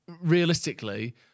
realistically